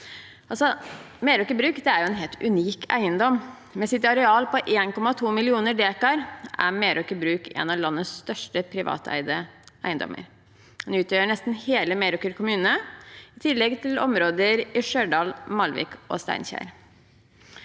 Meraker Brug er en helt unik eiendom. Med sitt areal på 1,2 millioner dekar er Meraker Brug en av landets største privateide eiendommer. Den utgjør nesten hele Meråker kommune, i tillegg til områder i Stjørdal, Malvik og Steinkjer.